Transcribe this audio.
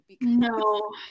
No